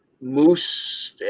Moose